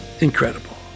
Incredible